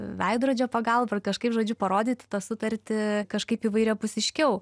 veidrodžio pagalba ar kažkaip žodžiu parodyti tą sutartį kažkaip įvairiapusiškiau